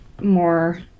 more